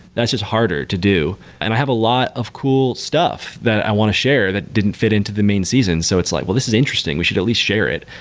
that's just harder to do, and i have a lot of cool stuff that i want to share that didn't fit into the main season. so it's like, well, this is interesting. we should at least share it,